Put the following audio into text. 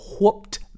whooped